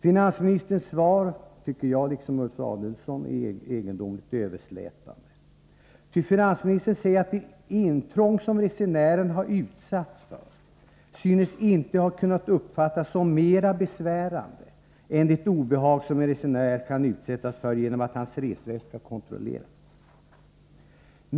Liksom Ulf Adelsohn tycker jag att finansministerns svar är egendomligt överslätande, ty finansministern säger att det intrång som resenärerna har utsatts för inte synes ha kunnat uppfattas som mera besvärande än det obehag som en resenär kan utsättas för genom att hans resväska kontrolleras.